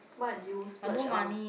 what do you splurge on